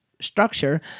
structure